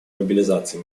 мобилизации